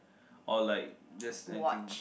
or like just anything